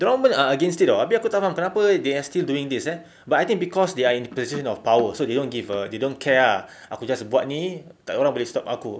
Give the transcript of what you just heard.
dorang pun are against it [tau] abeh aku tak faham kenapa they are still doing this eh but I think cause they are in the position of power so they don't give a they don't care ah aku just buat ni tak ada orang boleh stop aku